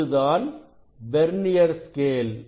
இதுதான் vernier scale